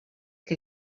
que